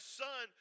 son